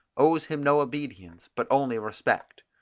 owes him no obedience, but only respect.